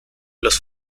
los